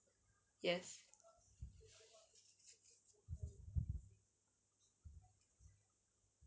yes